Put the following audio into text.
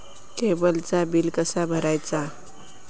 केबलचा बिल कसा भरायचा?